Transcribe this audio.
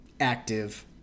active